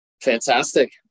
fantastic